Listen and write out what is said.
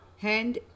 Hand